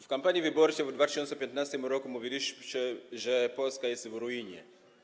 W kampanii wyborczej w 2015 r. mówiliście, że Polska jest w ruinie.